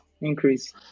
increase